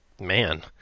Man